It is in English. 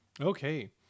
Okay